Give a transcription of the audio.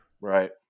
right